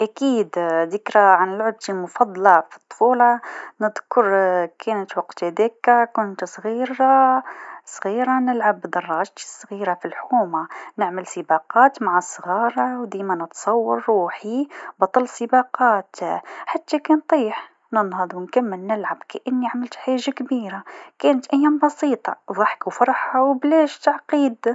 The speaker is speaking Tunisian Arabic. أكيد ذكرى عن لعبتي المفضله في الطفوله، نذكر كانت وقت هذاك كنت صغير- صغيرة نلعب دراجتي صغيرة في الحومه نعمل سباقات مع الصغار و ديما نتصور و حي و بطل سباقات حتى كنطيح ننهض و نكمل نلعب كأني عملت حاجه كبيره كانت أيام بسيطه ضحكه و فرحه و بلاش تعقيد.